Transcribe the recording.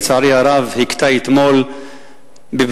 לצערי הרב הכתה אתמול בברוטליות,